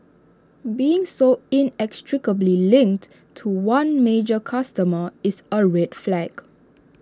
being so inextricably linked to one major customer is A red flag